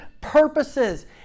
purposes